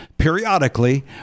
Periodically